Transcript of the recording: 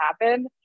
happen